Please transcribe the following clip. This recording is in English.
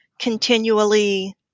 continually